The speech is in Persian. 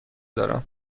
دارم